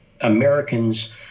Americans